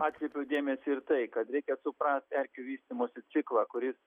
atkreipiau dėmesį ir tai kad reikia suprast erkių vystymosi ciklą kuris